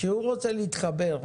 כשהוא רוצה להתחבר,